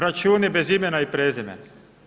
Računi bez imena i prezimena.